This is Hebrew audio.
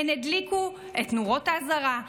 הן הדליקו את נורות האזהרה,